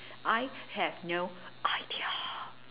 I have no idea